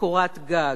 לקורת גג,